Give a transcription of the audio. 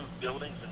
buildings